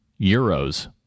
euros